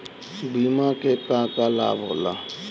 बिमा के का का लाभ होला?